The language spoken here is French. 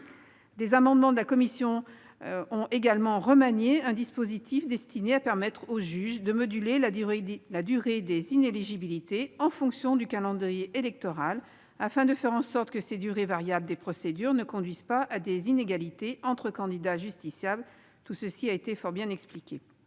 Des amendements de la commission ont également remanié un dispositif destiné à permettre au juge de moduler la durée des inéligibilités en fonction du calendrier électoral, afin de faire en sorte que les durées variables des procédures ne conduisent pas à des inégalités entre candidats justiciables ; tout cela a été fort bien expliqué.